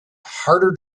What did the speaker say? harder